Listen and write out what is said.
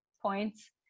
Points